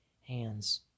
hands